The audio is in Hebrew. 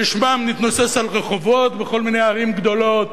ששמם מתנוסס על רחובות בכל מיני ערים גדולות,